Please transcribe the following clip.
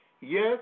Yes